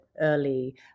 early